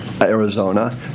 Arizona